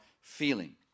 feeling